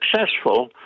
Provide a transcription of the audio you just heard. successful